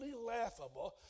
laughable